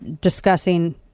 discussing